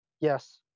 Yes